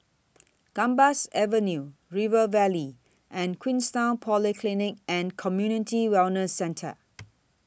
Gambas Avenue River Valley and Queenstown Polyclinic and Community Wellness Centre